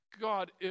God